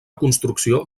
construcció